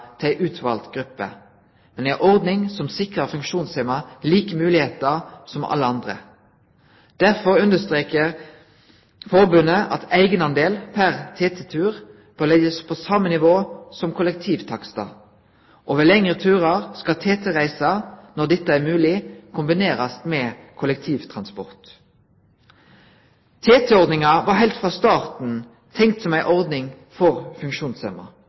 til ei utvald gruppe, men ei ordning som sikrar funksjonshemma same moglegheiter som alle andre. Derfor understrekar forbundet at eigendelen pr. TT-tur bør leggjast på same nivå som kollektivtakstar, og ved lengre turar skal TT-reisa, når dette er mogleg, kombinerast med kollektivtransport. TT-ordninga var heilt frå starten av tenkt som ei ordning for